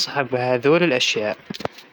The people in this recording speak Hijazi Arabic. شيء هذا الشيء بس.